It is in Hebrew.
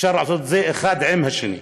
אפשר לעשות את זה אחד עם השני.